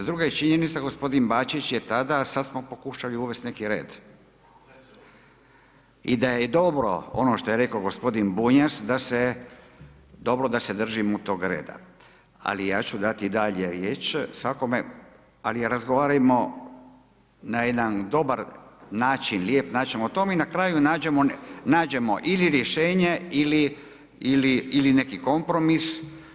Druga je činjenica, g. Bačić je tada, sada smo pokušali uvesti neki red i da je dobro, ono što je rekao g. Bunjac, da se dobro, dobro da se držimo toga reda, ali ja ću dati i dalje riječ svakome, ali razgovarajmo na jedan dobar način, lijep način o tome i na kraju nađemo ili rješenje ili neki kompromis.